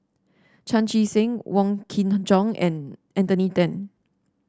Chan Chee Seng Wong Kin Jong and Anthony Then